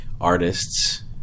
artists